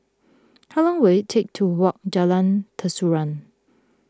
how long will it take to walk Jalan Terusan